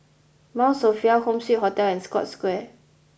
Mount Sophia Home Suite Hotel and Scotts Square